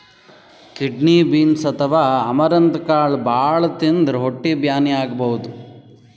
kidney beans ಅಥವಾ amaranth ಕಾಳ್ ಭಾಳ್ ತಿಂದ್ರ್ ಹೊಟ್ಟಿ ಬ್ಯಾನಿ ಆಗಬಹುದ್